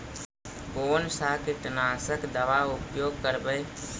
कोन सा कीटनाशक दवा उपयोग करबय?